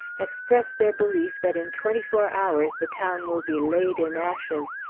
express their belief that in twenty-four hours the town will be laid in ashes,